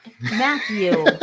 Matthew